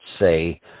say